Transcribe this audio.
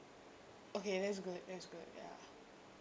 okay that's good that's good ya